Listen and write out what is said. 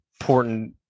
important